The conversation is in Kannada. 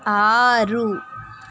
ಆರು